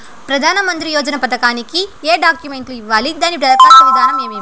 ప్రధానమంత్రి యోజన పథకానికి ఏ డాక్యుమెంట్లు ఇవ్వాలి దాని దరఖాస్తు విధానం ఏమి